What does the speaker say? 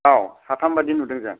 औ साथाम बादि नुदों जों